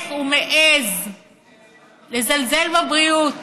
איך הוא מעז לזלזל בבריאות?